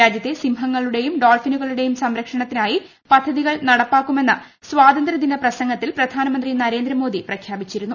രാജ്യത്തെ സിംഹങ്ങളുടെയും ഡോൾഫിനുകളുടെയും സംരക്ഷണത്തിനായി പദ്ധതികൾ നടപ്പാക്കുമെന്ന് സ്വാതന്ത്ര്യദിന പ്രസംഗത്തിൽ പ്രധാനമന്ത്രി നരേന്ദ്രമോദി പ്രഖ്യാപിച്ചിരുന്നു